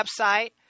website